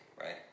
right